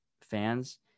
fans